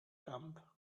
camp